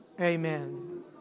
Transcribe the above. Amen